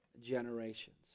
generations